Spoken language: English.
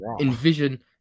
envision